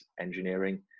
engineering